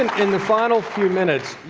and in the final few minutes,